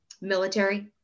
military